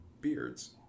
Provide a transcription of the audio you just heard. beards